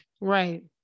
Right